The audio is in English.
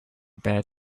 bed